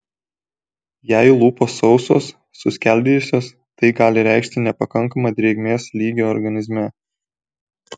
jei lūpos sausos suskeldėjusios tai gali reikšti nepakankamą drėgmės lygį organizme